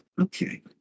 okay